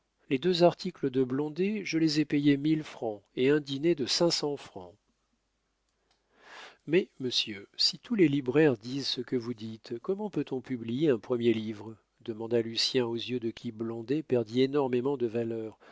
les deux articles de blondet je les ai payés mille francs et un dîner de cinq cents francs mais monsieur si tous les libraires disent ce que vous dites comment peut-on publier un premier livre demanda lucien aux yeux de qui blondet perdit énormément de sa valeur